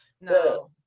no